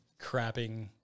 crapping